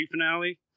finale